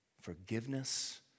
Forgiveness